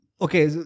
Okay